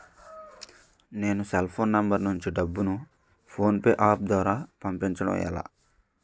నేను cell phone number నుంచి డబ్బును ను ఫోన్పే అప్ ద్వారా పంపించడం ఎలా?